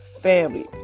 family